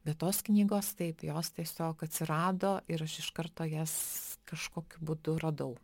bet tos knygos taip jos tiesiog atsirado ir aš iš karto jas kažkokiu būdu radau